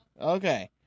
Okay